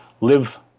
live